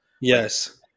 Yes